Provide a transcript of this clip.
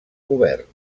govern